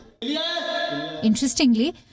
Interestingly